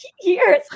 years